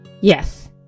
Yes